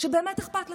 שבאמת אכפת לך.